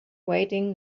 waiting